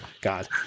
god